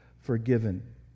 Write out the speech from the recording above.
forgiven